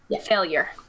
Failure